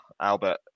Albert